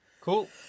Cool